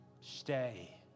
Stay